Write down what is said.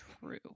True